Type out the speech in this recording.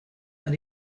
and